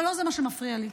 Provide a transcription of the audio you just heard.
אבל לא זה מה שמפריע לי.